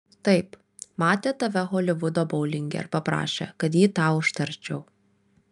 taip matė tave holivudo boulinge ir paprašė kad jį tau užtarčiau